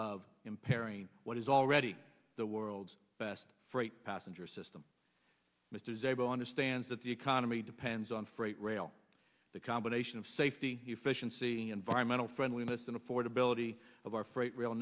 of impairing what is already the world's best freight passenger system mr zabel understands that the economy depends on freight rail the combination of safety efficiency and veyron mental friendliness and affordability of our freight r